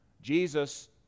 Jesus